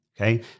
Okay